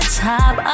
top